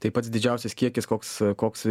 tai pats didžiausias kiekis koks koks